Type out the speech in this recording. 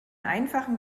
einfachen